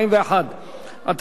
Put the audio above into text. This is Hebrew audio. התשע"ב 2012,